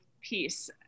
piece